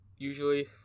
Usually